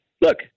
look